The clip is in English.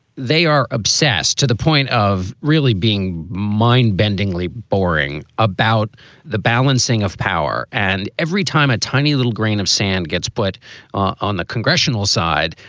they are obsessed to the point of really being mind bendingly boring about the balancing of power. and every time a tiny little grain of sand gets put on the congressional side,